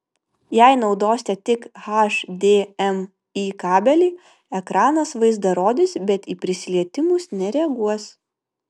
jei naudosite tik hdmi kabelį ekranas vaizdą rodys bet į prisilietimus nereaguos